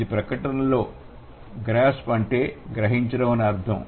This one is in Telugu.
ఇది ప్రకటనలో గ్రాస్ప్ అంటే గ్రహించడం అని అర్థం